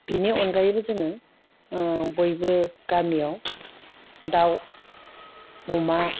बिनि अनगायैबो जोङो गामियाव दउ अमा